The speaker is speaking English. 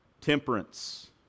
temperance